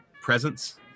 presence